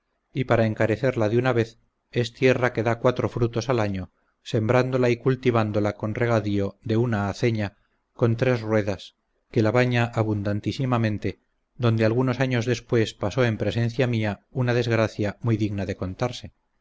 y para encarecerla de una vez es tierra que da cuatro frutos al año sembrándola y cultivándola con regadío de una aceña con tres ruedas que la baña abundantísimamente donde algunos años después pasó en presencia mía una desgracia muy digna de contarse